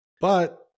But-